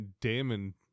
Damon